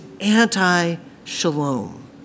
anti-shalom